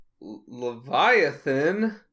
Leviathan